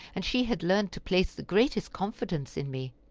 and she had learned to place the greatest confidence in me.